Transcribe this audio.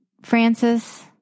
Francis